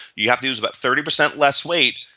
you have to use but thirty percent less weight.